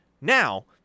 Now